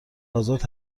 آزاد